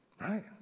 Right